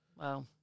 Wow